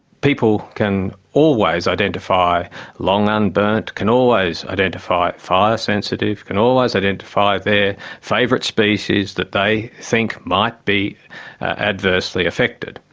people can always identify long unburnt, can always identify fire sensitive, can always identify their favourite species that they think might be adversely affected.